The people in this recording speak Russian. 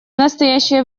настоящее